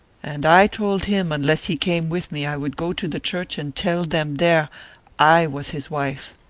and i told him unless he came with me i would go to the church and tell them there i was his wife.